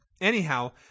Anyhow